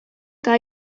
que